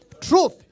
truth